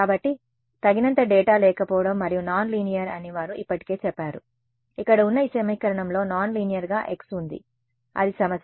కాబట్టి తగినంత డేటా లేకపోవడం మరియు నాన్ లీనియర్ అని వారు ఇప్పటికే చెప్పారు ఇక్కడ ఉన్న ఈ సమీకరణంలో నాన్ లీనియర్గా x ఉంది అది సమస్య